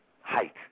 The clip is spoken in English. height